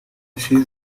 ashes